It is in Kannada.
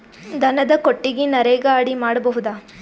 ದನದ ಕೊಟ್ಟಿಗಿ ನರೆಗಾ ಅಡಿ ಮಾಡಬಹುದಾ?